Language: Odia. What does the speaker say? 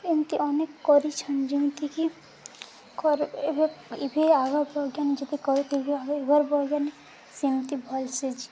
ଏମିତି ଅନେକ କରିଛନ୍ ଯେମିତିକି ଏବେ ଏବେ ଯଦି କରିଥ ଏଭର୍ ବର୍ଜ୍ଞାନୀ ସେମିତି ଭଲ୍ ସେ